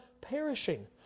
perishing